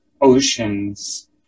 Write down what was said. oceans